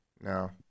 No